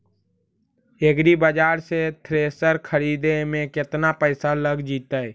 एग्रिबाजार से थ्रेसर खरिदे में केतना पैसा लग जितै?